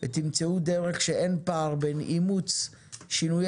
ותמצאו דרך שאין פער בין אימוץ שינויי